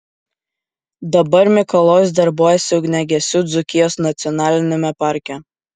dabar mikalojus darbuojasi ugniagesiu dzūkijos nacionaliniame parke